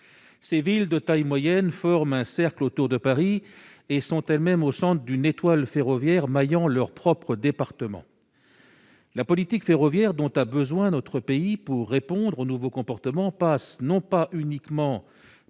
ces villes de taille moyenne, forment un cercle autour de Paris et sont elles-mêmes au son d'une étoile ferroviaire leur propre département. La politique ferroviaire dont a besoin notre pays pour répondre aux nouveaux comportements passe non pas uniquement par la réouverture